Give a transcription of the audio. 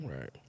right